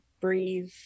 breathe